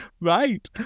right